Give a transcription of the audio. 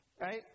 right